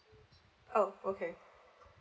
oh okay